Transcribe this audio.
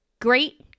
great